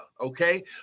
Okay